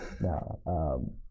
No